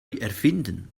erfinden